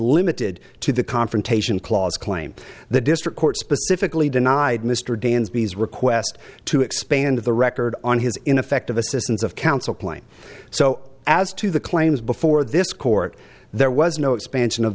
limited to the confrontation clause claimed the district court specifically denied mr danby's request to expand the record on his ineffective assistance of counsel claim so as to the claims before this court there was no expansion of